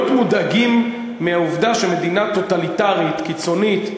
להיות מודאגים מהעובדה שמדינה טוטליטרית קיצונית,